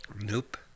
Nope